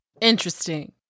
Interesting